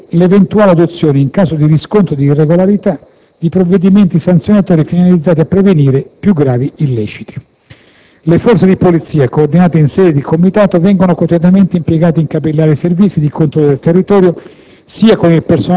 Ciò per l'eventuale adozione, in caso di riscontro di irregolarità, di provvedimenti sanzionatori, finalizzati a prevenire più gravi illeciti. Le forze di polizia, coordinate in sede di Comitato, vengono continuamente impiegate in capillari servizi di controllo del territorio